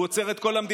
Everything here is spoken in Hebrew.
הוא עוצר את כל המדינה.